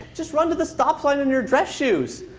just run to the stoplight in your dress shoes.